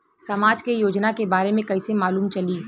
समाज के योजना के बारे में कैसे मालूम चली?